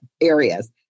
areas